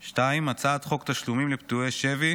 2. הצעת חוק תשלומים לפדויי שבי